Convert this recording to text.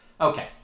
Okay